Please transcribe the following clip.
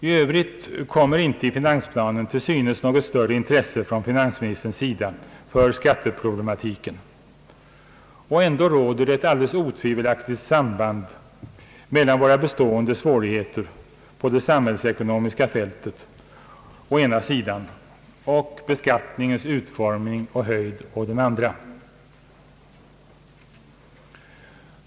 I övrigt kommer inte i finansplanen till synes något större intresse från finansministerns sida för skatteproblematiken. Och ändå råder ett alldeles otvivelaktigt och klart samband mellan våra bestående svårigheter på det samhällsekonomiska fältet å ena sidan och beskattningens utformning och höjd å den andra.